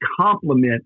complement